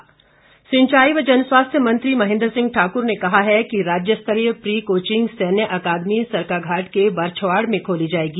महेंद्र सिंह सिंचाई व जनस्वास्थ्य मंत्री महेंद्र सिंह ठाकुर ने कहा है कि राज्य स्तरीय प्री कोचिंग सैन्य अकादमी सरकाघाट के बरच्छबाड़ में खोली जाएगी